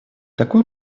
такую